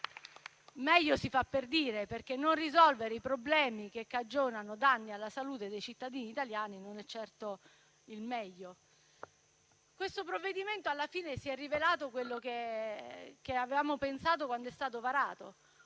meglio si fa per dire, perché non risolvere i problemi che cagionano danni alla salute dei cittadini italiani non è certo il meglio. Questo provvedimento, alla fine, si è rivelato quello che avevamo pensato quando è stato varato: